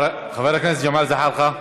חבר הכנסת ג'מאל זחאלקה.